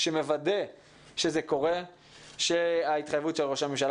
שמוודא שזה קורה שההתחייבות של ראש הממשלה